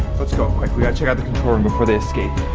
lets go quick. we gotta check out the control room before they escape.